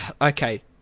Okay